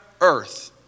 earth